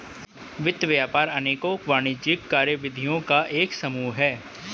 वित्त व्यापार अनेकों वाणिज्यिक कार्यविधियों का एक समूह है